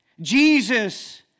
Jesus